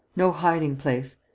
no hiding-place!